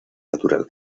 natural